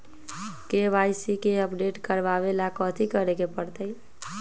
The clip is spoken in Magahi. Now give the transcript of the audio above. के.वाई.सी के अपडेट करवावेला कथि करें के परतई?